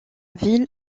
ville